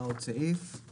עד כאן התוספת החמישית.